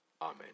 Amen